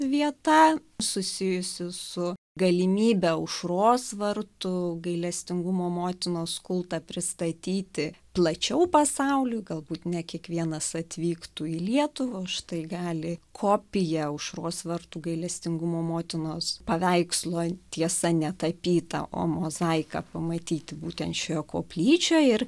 vieta susijusi su galimybe aušros vartų gailestingumo motinos kultą pristatyti plačiau pasauliui galbūt ne kiekvienas atvyktų į lietuvą užtai gali kopiją aušros vartų gailestingumo motinos paveikslo tiesa ne tapytą o mozaiką pamatyti būtent šioje koplyčioje ir